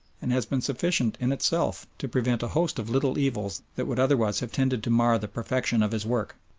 and has been sufficient in itself to prevent a host of little evils that would otherwise have tended to mar the perfection of his work.